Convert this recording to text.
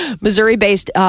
Missouri-based